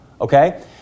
Okay